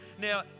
Now